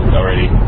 already